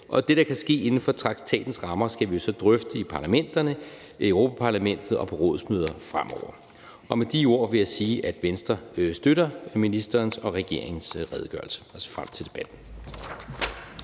og det, der kan ske inden for traktatens rammer, skal vi jo så drøfte i parlamenterne, Europa-Parlamentet og på rådsmøder fremover. Og med de ord vil jeg sige, at Venstre støtter ministerens og regeringens redegørelse. Jeg ser frem til debatten.